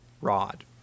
rod